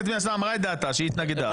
הכנסת פנינה אמרה את דעתה שהיא התנגדה.